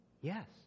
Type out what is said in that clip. yes